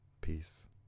Peace